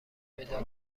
پیدا